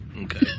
okay